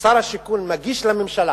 ששר השיכון מגיש לממשלה,